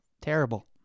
Terrible